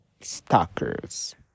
stalkers